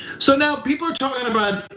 so now people are talking about,